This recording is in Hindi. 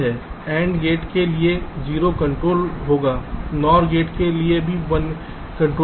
NAND गेट के लिए भी 0 कंट्रोल होगा NOR गेट के लिए भी 1 कंट्रोलिंग होगा